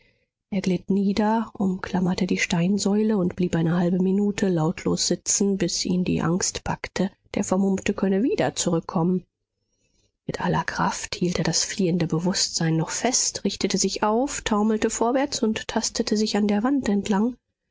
er glitt nieder umklammerte die steinsäule und blieb eine halbe minute lautlos sitzen bis ihn die angst packte der vermummte könne wieder zurückkommen mit aller kraft hielt er das fliehende bewußtsein noch fest richtete sich auf taumelte vorwärts und tastete sich an der wand entlang